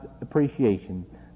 appreciation